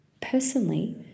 Personally